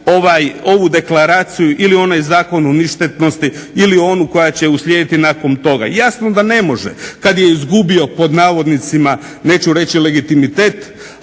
ovu deklaraciju ili onaj Zakon o ništetnosti ili onu koja će uslijediti nakon toga. Jasno da ne može kad je izgubio pod navodnicima, neću reći legitimitet